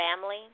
family